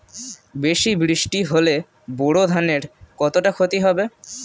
বেশি বৃষ্টি হলে বোরো ধানের কতটা খতি হবে?